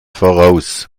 voraus